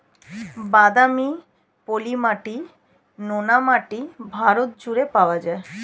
বাদামি, পলি মাটি, নোনা মাটি ভারত জুড়ে পাওয়া যায়